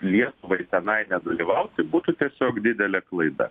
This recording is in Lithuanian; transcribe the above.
lietuvai tenai kad nedalyvauti būtų tiesiog didelė klaida